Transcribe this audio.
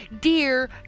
Dear